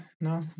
No